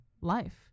life